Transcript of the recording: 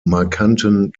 markanten